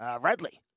Radley